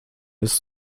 ist